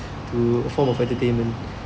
to a form of entertainment